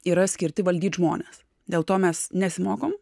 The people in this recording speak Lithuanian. yra skirti valdyt žmones dėl to mes nesimokom